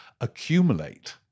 accumulate